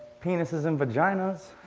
penises and vaginas.